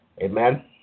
Amen